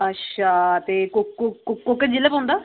अच्छा ते को को कोह्के जि'लै पौंदा